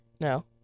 No